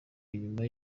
inyuma